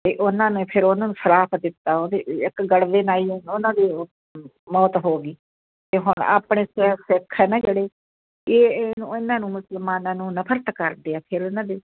ਅਤੇ ਉਹਨਾਂ ਨੇ ਫਿਰ ਉਹਨੂੰ ਸ਼ਰਾਫ ਦਿੱਤਾ ਉਹਦੇ ਇੱਕ ਗੜਵੇ ਨਾਲ ਹੀ ਉਹਨਾਂ ਦੇ ਮੌਤ ਹੋ ਗਈ ਅਤੇ ਹੁਣ ਆਪਣੇ ਸਿੱਖ ਹੈ ਨਾ ਜਿਹੜੇ ਇਹ ਇਹਨਾਂ ਇਹਨਾਂ ਨੂੰ ਮੁਸਲਮਾਨਾਂ ਨੂੰ ਨਫ਼ਰਤ ਕਰਦੇ ਆ ਫਿਰ ਇਹਨਾਂ ਦੇ